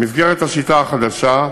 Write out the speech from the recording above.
במסגרת השיטה החדשה,